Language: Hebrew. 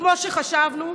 כמו שחשבנו,